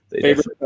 favorite